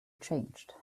changed